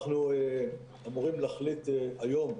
אנחנו אמורים להחליט היום.